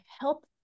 help